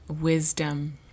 wisdom